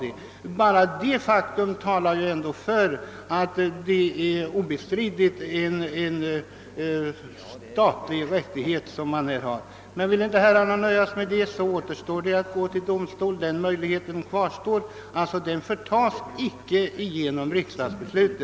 Och bara detta faktum säger ju att staten har rätt att handla så som skett. Vill herrarna inte nöja sig därmed, återstår det att gå till domstol med ärendet. Det är en möjlighet som inte försvinner genom riksdagens beslut.